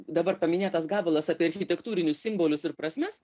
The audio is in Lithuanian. dabar paminėtas gabalas apie architektūrinius simbolius ir prasmes